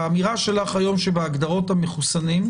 האמירה שלך היום שבהגדרות המחוסנים,